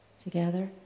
Together